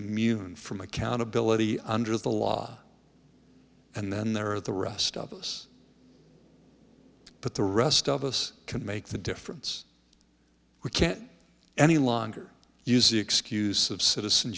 amusing from accountability under the law and then there are the rest of us but the rest of us can make the difference we can't any longer use the excuse of citizens